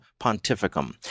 Pontificum